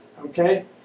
okay